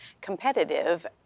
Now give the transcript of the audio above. competitive